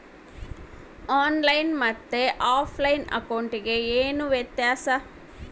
On line ಮತ್ತೆ offline ಅಕೌಂಟಿಗೆ ಏನು ವ್ಯತ್ಯಾಸ?